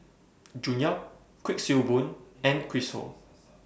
June Yap Kuik Swee Boon and Chris Ho